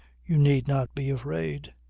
you need not be afraid.